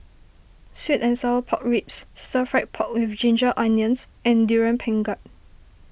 Sweet and Sour Pork Ribs Stir Fried Pork with Ginger Onions and Durian Pengat